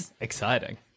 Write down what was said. Exciting